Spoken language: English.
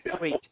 Wait